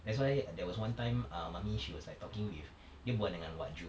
that's why there was one time ah mummy she was like talking with dia bual dengan wak ju